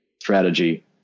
strategy